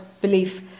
belief